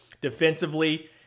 Defensively